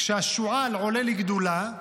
כשהשועל עולה לגדולה,